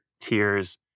tears